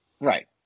Right